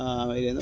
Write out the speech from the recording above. ಏನು